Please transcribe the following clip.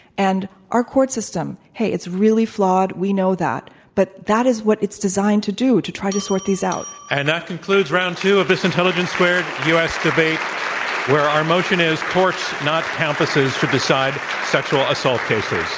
and our court system, hey, it's really flawed. we know that. but that is what it's designed to do, to try to sort these out. and that concludes round two of this intelligence squared u. s. debate where our motion is, courts, not campuses, should decide sexual assault cases.